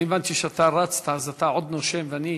אני הבנתי שאתה רצת אז אתה עוד נושם ואני,